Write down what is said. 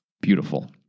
beautiful